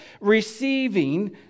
receiving